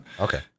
Okay